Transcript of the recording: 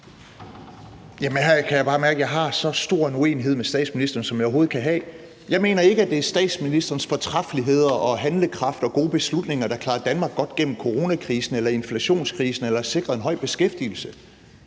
jeg har så stor en uenighed med statsministeren, som jeg overhovedet kan have. Jeg mener ikke, at det er statsministerens fortræffeligheder, handlekraft og gode beslutninger, der gjorde, at Danmark klarede sig godt gennem coronakrisen eller inflationskrisen eller sikrede en høj beskæftigelse.